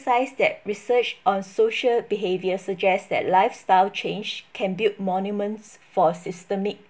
~size that research on social behaviour suggests that lifestyle change can build monuments for systemic